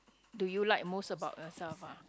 do you like most about yourself ah